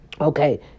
okay